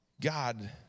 God